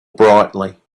brightly